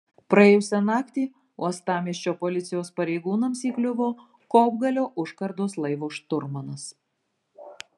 praėjusią naktį uostamiesčio policijos pareigūnams įkliuvo kopgalio užkardos laivo šturmanas